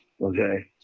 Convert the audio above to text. okay